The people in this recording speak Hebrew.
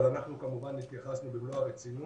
אבל אנחנו כמובן התייחסנו במלוא הרצינות.